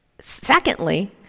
Secondly